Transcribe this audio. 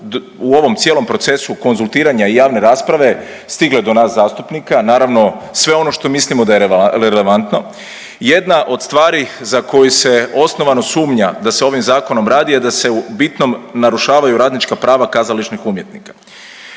u ovom cijelom procesu konzultiranja javne rasprave stigle do nas zastupnika, naravno sve ono što mislimo da je relevantno. Jedna od stvari za koju se osnovana sumnja da se ovim zakonom radi je da se u bitnom narušavaju radnička prava kazališnih umjetnika.